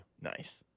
Nice